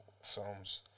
films